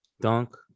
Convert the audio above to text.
dunk